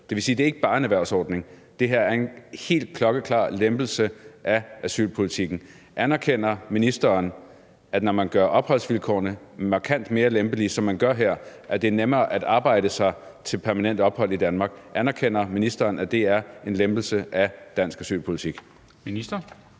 Det vil sige, at det ikke bare er en erhvervsordning. Det her er en helt klokkeklar lempelse af asylpolitikken. Anerkender ministeren, at når man gør opholdsvilkårene markant mere lempelige, som man gør her, er det nemmere at arbejde sig til permanent ophold i Danmark? Anerkender ministeren, at det er en lempelse af dansk asylpolitik?